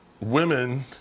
women